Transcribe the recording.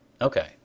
Okay